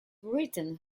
written